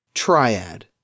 Triad